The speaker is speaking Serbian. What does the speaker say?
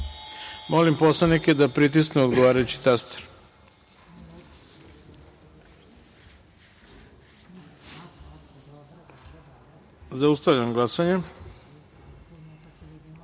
narodne poslanike da pritisnu odgovarajući taster. Zaustavljam glasanje: